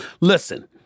Listen